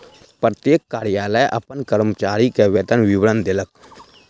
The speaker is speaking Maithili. प्रत्येक कार्यालय अपन कर्मचारी के वेतन विवरण देलक